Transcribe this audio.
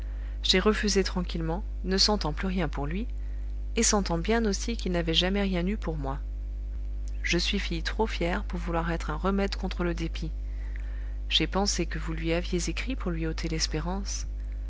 j'ai refusé tranquillement ne sentant plus rien pour lui et sentant bien aussi qu'il n'avait jamais rien eu pour moi je suis fille trop fière pour vouloir être un remède contre le dépit j'ai pensé que vous lui aviez écrit pour lui ôter l'espérance